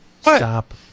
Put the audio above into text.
stop